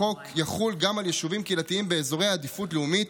החוק יחול גם על יישובים קהילתיים באזורי עדיפות לאומית,